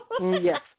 Yes